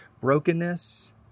brokenness